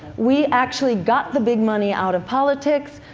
we actually got the big money out of politics,